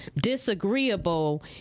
disagreeable